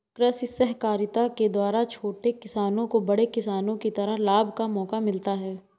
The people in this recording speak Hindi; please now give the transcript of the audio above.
कृषि सहकारिता के द्वारा छोटे किसानों को बड़े किसानों की तरह लाभ का मौका मिलता है